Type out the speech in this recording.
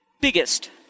Biggest